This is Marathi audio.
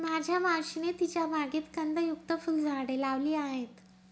माझ्या मावशीने तिच्या बागेत कंदयुक्त फुलझाडे लावली आहेत